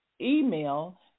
email